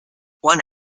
one